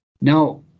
Now